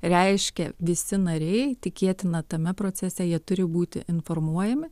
reiškia visi nariai tikėtina tame procese jie turi būti informuojami